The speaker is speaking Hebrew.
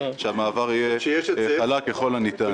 שהמעבר יהיה חלק ככל הניתן.